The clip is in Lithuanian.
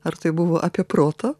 ar tai buvo apie protą